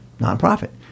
nonprofit